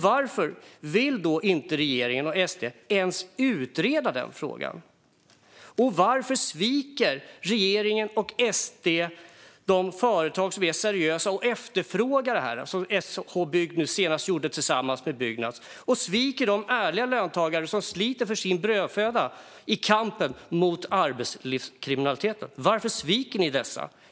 Varför vill regeringen och SD inte ens utreda denna fråga? Varför sviker regeringen och SD de företag som är seriösa och efterfrågar detta, som SH Bygg senast gjorde tillsammans med Byggnads, och de ärliga löntagare som sliter för sin brödföda i kampen mot arbetslivskriminaliteten? Varför sviker ni dem?